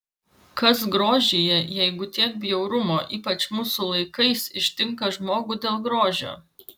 kas grožyje jeigu tiek bjaurumo ypač mūsų laikais ištinka žmogų dėl grožio